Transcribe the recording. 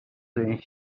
doing